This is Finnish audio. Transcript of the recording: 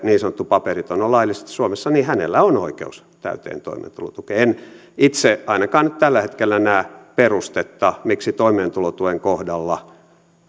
niin sanottu paperiton on laillisesti suomessa niin hänellä on oikeus täyteen toimeentulotukeen en itse ainakaan tällä hetkellä näe perustetta miksi toimeentulotuen kohdalla